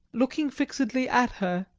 looking fixedly at her,